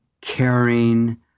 caring